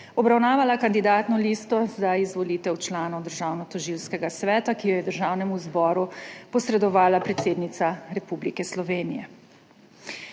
obravnavala Kandidatno listo za izvolitev članov Državnotožilskega sveta, ki jo je Državnemu zboru posredovala predsednica Republike Slovenije.